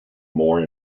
more